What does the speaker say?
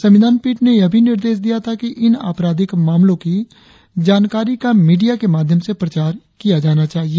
संविधान पीठ ने यह भी निर्देश दिया था कि इन आपराधिक मामलों की जानकारी का मीडिया के माध्यम से प्रचार किया जाना चाहिए